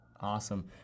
Awesome